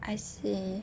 I see